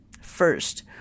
First